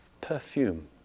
perfume